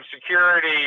security